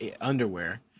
underwear